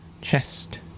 chest